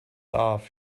off